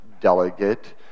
delegate